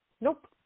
Nope